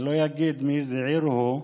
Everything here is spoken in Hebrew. אני לא אגיד מאיזו עיר הוא,